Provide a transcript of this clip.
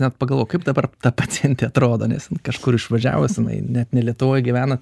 na pagalvojau kaip dabar ta pacientė atrodo nes kažkur išvažiavus net ne lietuvoj gyvena